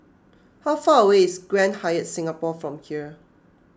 how far away is Grand Hyatt Singapore from here